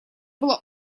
была